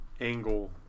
angle